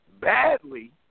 badly